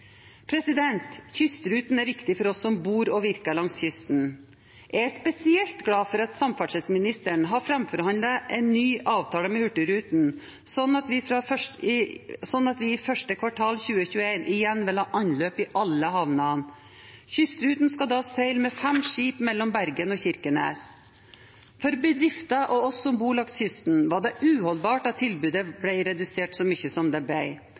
Kystruten er viktig for oss som bor og virker langs kysten. Jeg er spesielt glad for at samferdselsministeren har framforhandlet en ny avtale med Hurtigruten, sånn at vi i første kvartal 2021 igjen vil ha anløp i alle havner. Kystruten skal da seile med fem skip mellom Bergen og Kirkenes. For bedrifter og oss som bor langs kysten, var det uholdbart at tilbudet ble redusert så mye som det